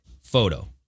photo